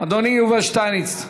אדוני יובל שטייניץ,